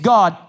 God